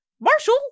Marshall